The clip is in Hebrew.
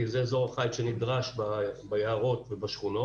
כי זה אזור החיץ שנדרש ביערות ובשכונות.